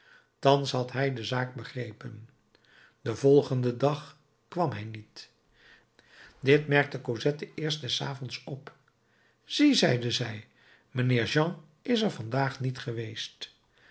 thans had hij de zaak begrepen den volgenden dag kwam hij niet dit merkte cosette eerst des avonds op zie zeide zij mijnheer jean is er vandaag niet geweest